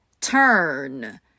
Turn